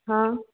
हां